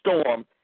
storm